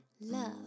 love